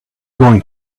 going